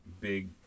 big